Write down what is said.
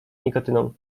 nikotyną